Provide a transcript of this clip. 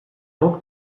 guk